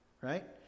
Right